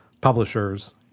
publishers